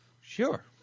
sure